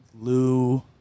Lou